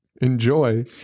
Enjoy